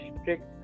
strict